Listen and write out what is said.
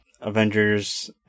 Avengers